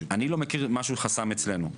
אני לא מכיר חסם אצלנו.